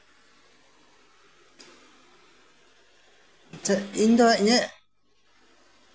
ᱟᱪᱪᱷᱟ ᱤᱧ ᱫᱚ ᱤᱧᱟᱹᱜ